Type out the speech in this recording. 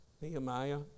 Nehemiah